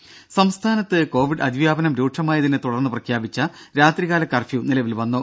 ദേദ സംസ്ഥാനത്ത് കോവിഡ് അതിവ്യാപനം രൂക്ഷമായതിനെ തുടർന്ന് പ്രഖ്യാപിച്ച രാത്രികാല കർഫ്യൂ നിലവിൽ വന്നു